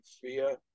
fear